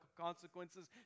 consequences